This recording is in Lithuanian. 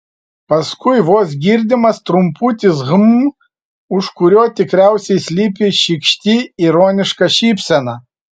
paskui vos girdimas trumputis hm už kurio tikriausiai slypi šykšti ironiška šypsena